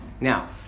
Now